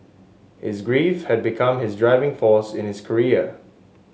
his grief had become his driving force in his career